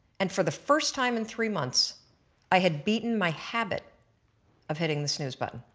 and for the first time in three months i had beaten my habit of hitting the snooze button.